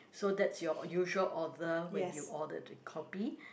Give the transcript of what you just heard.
so that's your usual order when you order the kopi